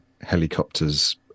helicopters